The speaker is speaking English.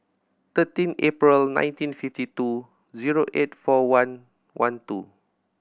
thirteen April nineteen fifty two zero eight four one one two